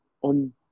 on